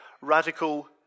radical